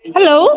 Hello